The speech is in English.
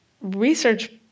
research